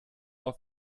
auf